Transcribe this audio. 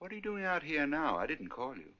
what are you doing out here now i didn't call you